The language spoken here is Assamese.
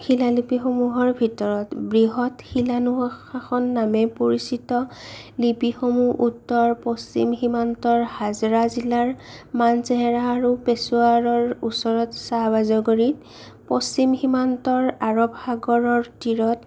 শিলালিপিসমূহৰ ভিতৰত বৃহৎ শিলানুশাসন নামে পৰিচিত লিপিসমূহ উত্তৰ পশ্চিম সীমান্তৰ হাজাৰা জিলাৰ মানচেহেৰা আৰু পেচোৱাৰৰ ওচৰত চাহ ৰাজগৰীত পশ্চিম সীমান্তৰ আৰৱ সাগৰৰ তীৰত